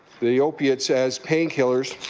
the opiates as pain killers